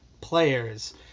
players